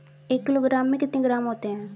एक किलोग्राम में कितने ग्राम होते हैं?